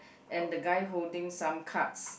and the guy holding some cards